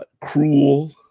cruel